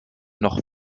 noch